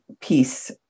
piece